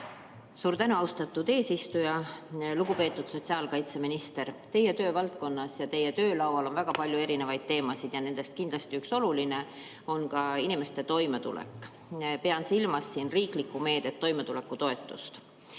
Suur tänu, austatud eesistuja! Lugupeetud sotsiaalkaitseminister! Teie töövaldkonnas ja teie töölaual on väga palju erinevaid teemasid ja nendest kindlasti üks olulisi on ka inimeste toimetulek. Pean silmas riiklikku meedet, toimetulekutoetust.